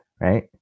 right